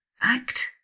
Act